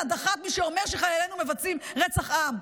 הדחת מי שאומר שחיילינו מבצעים רצח עם.